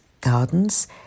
Gardens